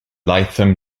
lytham